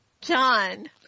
John